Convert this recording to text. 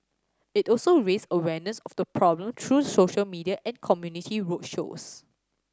it also raised awareness of the problem through social media and community road shows